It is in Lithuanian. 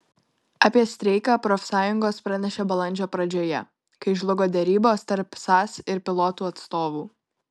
apie streiką profsąjungos pranešė balandžio pradžioje kai žlugo derybos tarp sas ir pilotų atstovų